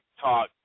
talk